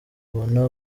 ubona